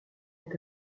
est